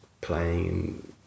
playing